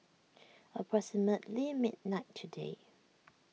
approximately midnight today